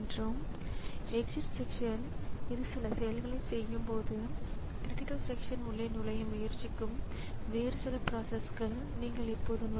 இது இந்த அணுகல் முறையை சரியானதாக மாற்றும் மேலும் இது ஒரு நினைவக இருப்பிட உள்ளடக்கத்திற்கான ஒரு ப்ராஸஸின் கோரிக்கை அல்ல அது வேறு சில ப்ராஸஸ்களுக்கு வழங்கப்படுகிறது